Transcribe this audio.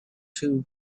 two